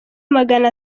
magana